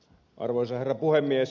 arvoisa herra puhemies